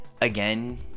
again